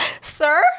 sir